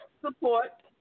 Support